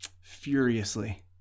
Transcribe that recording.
furiously